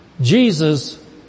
Jesus